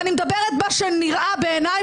ואני מדברת על מה שנראה בעיניי.